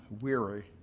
weary